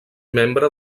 membre